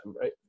right